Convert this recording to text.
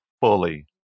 fully